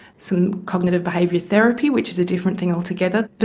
some cognitive behaviour therapy, which is a different thing altogether. but